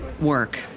work